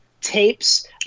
tapes